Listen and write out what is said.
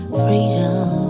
freedom